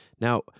Now